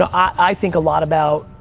ah i think a lot about,